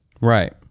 right